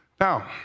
Now